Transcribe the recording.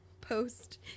post